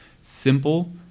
simple